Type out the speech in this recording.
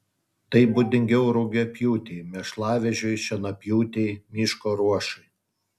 tai būdingiau rugiapjūtei mėšlavežiui šienapjūtei miško ruošai